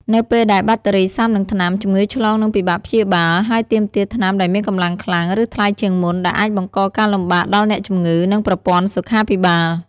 នៅពេលដែលបាក់តេរីស៊ាំនឹងថ្នាំ ជំងឺឆ្លងនឹងពិបាកព្យាបាល ហើយទាមទារថ្នាំដែលមានកម្លាំងខ្លាំង ឬថ្លៃជាងមុន ដែលអាចបង្កការលំបាកដល់អ្នកជំងឺ និងប្រព័ន្ធសុខាភិបាល។